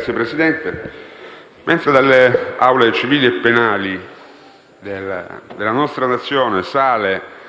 Signor Presidente, mentre dalle aule civili e penali della nostra Nazione sale